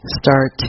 start